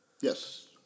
Yes